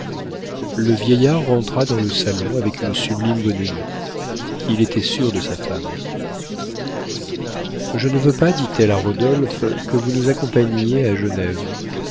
le vieillard rentra dans le salon avec une sublime bonhomie il était sûr de sa femme je ne veux pas dit-elle à rodolphe que vous nous accompagniez à genève